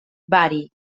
bari